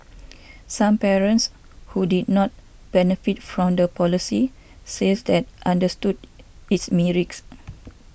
some parents who did not benefit from the policy says that understood its merits